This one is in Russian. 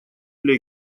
для